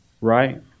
Right